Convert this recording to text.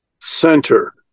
center